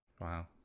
Wow